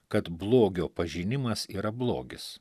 kad blogio pažinimas yra blogis